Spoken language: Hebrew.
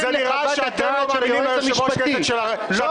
בהתאם לחוות הדעת של היועץ המשפטי --- לא,